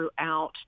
throughout